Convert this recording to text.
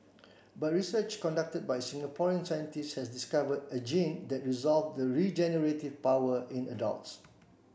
but research conducted by a Singaporean scientist has discovered a gene that restores the regenerative powers in adults